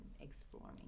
exploring